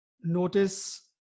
notice